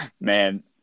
Man